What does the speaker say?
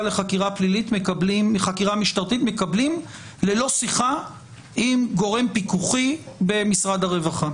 לחקירה משטרתית מקבלים ללא שיחה עם גורם פיקוחי במשרד הרווחה,